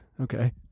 Okay